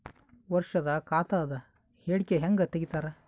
ವರ್ಷದ ಖಾತ ಅದ ಹೇಳಿಕಿ ಹೆಂಗ ತೆಗಿತಾರ?